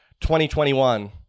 2021